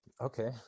Okay